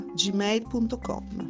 gmail.com